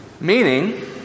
Meaning